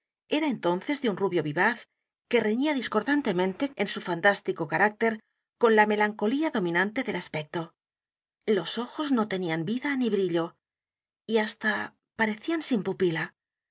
era entonces de un rubio vivaz que reñía discordantemente en su fantástico carácter con la melancolía dominante del aspecto los ojos no tenían vida ni brillo y h a s t a parecían sin pupila